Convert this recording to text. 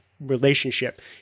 relationship